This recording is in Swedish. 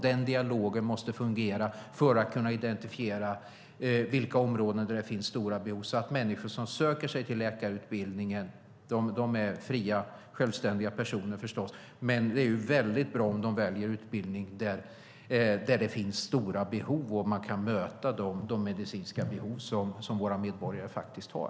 Den dialogen måste fungera för att kunna identifiera vilka områden som har stora behov. De som söker sig till läkarutbildningen är förstås fria och självständiga individer, men det är bra om de väljer utbildningar där det råder stor brist på specialister för att på så sätt kunna möta de medicinska behov som våra medborgare har.